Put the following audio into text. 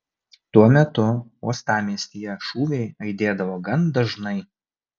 tuo metu uostamiestyje šūviai aidėdavo gan dažnai